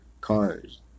cars